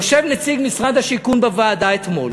יושב נציג משרד השיכון בוועדה אתמול,